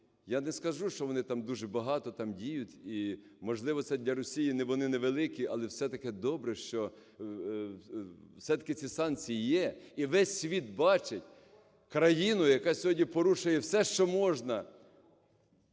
Я не скажу, що вони там дуже багато там діють і можливості для Росії, вони невеликі. Але все-таки добре, що все-таки ці санкції є. І весь світ бачить країну, яка сьогодні порушує все, що можна,